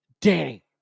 Danny